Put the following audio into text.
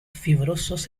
fibrosos